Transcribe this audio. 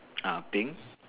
ah pink